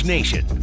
Nation